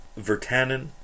Vertanen